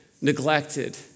neglected